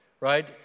right